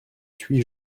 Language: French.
huit